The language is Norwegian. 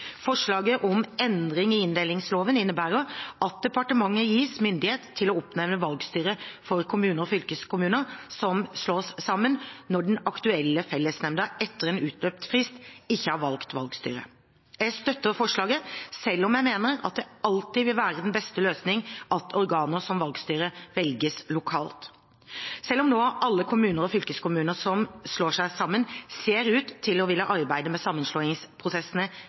Forslaget om endring i inndelingsloven innebærer at departementet gis myndighet til å oppnevne valgstyre for kommuner og fylkeskommuner som slås sammen, når den aktuelle fellesnemnda etter en utløpt frist ikke har valgt valgstyre. Jeg støtter forslaget, selv om jeg mener at det alltid vil være den beste løsning at organer som valgstyrer velges lokalt. Selv om nå alle kommuner og fylkeskommuner som slår seg sammen, ser ut til å ville arbeide med sammenslåingsprosessene